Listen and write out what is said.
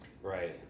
Right